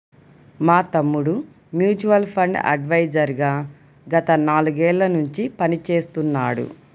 మా తమ్ముడు mutual fund advisor గా గత నాలుగేళ్ళ నుంచి పనిచేస్తున్నాడు